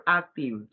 active